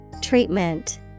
Treatment